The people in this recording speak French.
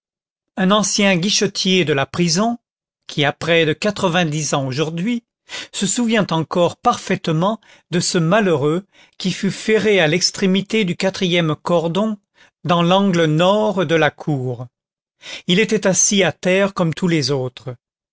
un ancien guichetier de la prison qui a près de quatre-vingt-dix ans aujourd'hui se souvient encore parfaitement de ce malheureux qui fut ferré à l'extrémité du quatrième cordon dans l'angle nord de la cour il était assis à terre comme tous les autres